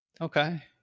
Okay